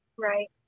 Right